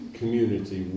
community